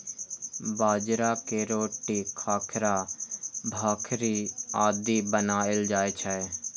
बाजरा के रोटी, खाखरा, भाकरी आदि बनाएल जाइ छै